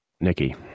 Nikki